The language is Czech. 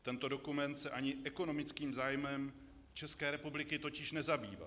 Tento dokument se ani ekonomickým zájmem České republiky totiž nezabývá.